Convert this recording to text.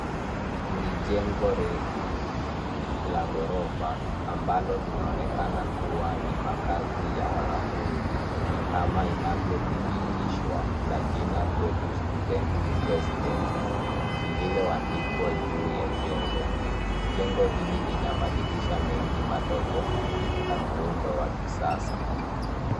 Ni jengo refu la ghorofa ambalo linaonekana kuwa ni makazi ya wanafunzi kama inavyodhibitishwa, na jina kwetu student residences, lililoandikwa juu ya jengo. Jengo hili lina madirisha mengi madogo, na muundo wa kisasa.